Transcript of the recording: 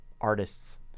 artists